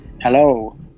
Hello